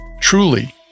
Truly